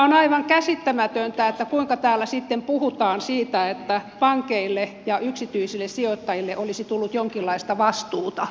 on aivan käsittämätöntä kuinka täällä sitten puhutaan siitä että pankeille ja yksityisille sijoittajille olisi tullut jonkinlaista vastuuta